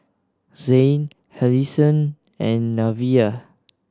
Zhane Allisson and Nevaeh